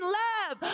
love